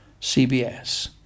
cbs